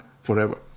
forever